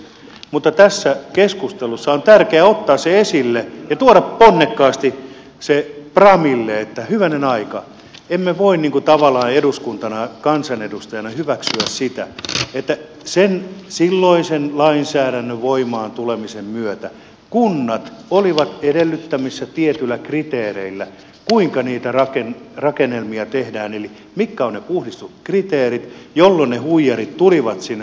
mutta tässä keskustelussa on tärkeää ottaa se esille ja tuoda ponnekkaasti se framille että hyvänen aika emme voi tavallaan eduskuntana kansanedustajina hyväksyä sitä että sen silloisen lainsäädännön voimaan tulemisen myötä kunnat olivat edellyttämässä tietyillä kriteereillä kuinka niitä rakennelmia tehdään eli mitkä ovat ne puhdistuskriteerit jolloin ne huijarit tulivat sinne markkinoille